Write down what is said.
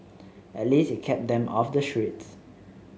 at least it kept them off the streets